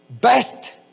best